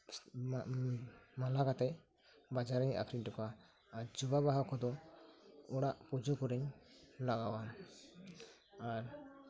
ᱢᱟᱞᱟ ᱠᱟᱛᱮᱫ ᱵᱟᱡᱟᱨ ᱨᱮᱧ ᱟᱹᱠᱷᱨᱤᱧ ᱦᱚᱴᱚ ᱠᱟᱜᱼᱟ ᱟᱨ ᱡᱚᱵᱟ ᱵᱟᱦᱟ ᱠᱚᱫᱚ ᱚᱲᱟᱜ ᱯᱩᱡᱟᱹ ᱠᱚᱨᱮᱧ ᱞᱟᱜᱟᱣᱟ ᱟᱨ